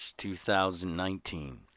2019